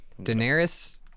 Daenerys